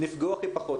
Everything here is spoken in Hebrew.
נפגעו הכי פחות.